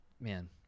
man